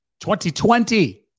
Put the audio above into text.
2020